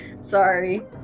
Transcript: sorry